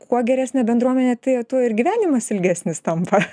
kuo geresnė bendruomenė tai tuo ir gyvenimas ilgesnis tampa